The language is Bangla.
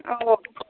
ও